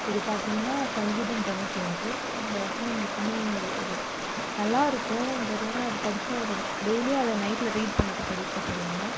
இது பாத்திங்கன்னா சங்கீதம் தொண்ணூற்றி ஒன்று இந்த வசனம் எப்பவுமே ஒரு நல்லாருக்குன்றதோட அது படிச்சால் ஒரு டெய்லியும் அதை நைட்ல ரீட் பண்ணிட்டு படிக்க சொல்லுவாங்கள்